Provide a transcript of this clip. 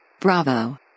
Bravo